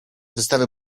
wystawy